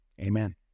Amen